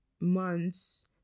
months